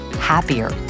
happier